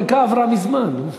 דקה עברה מזמן, נו.